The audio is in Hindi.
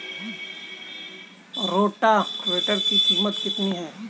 रोटावेटर की कीमत कितनी है?